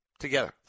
together